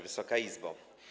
Wysoka Izbo!